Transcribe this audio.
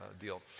deal